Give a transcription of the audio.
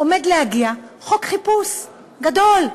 עומד להגיע חוק חיפוש גדול,